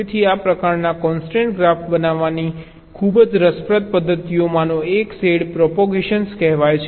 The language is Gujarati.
તેથી આ પ્રકારના કોન્સ્ટ્રેન્ટ ગ્રાફ બનાવવાની ખૂબ જ રસપ્રદ પદ્ધતિઓમાંની એક શેડો પ્રોપેગેશન કહેવાય છે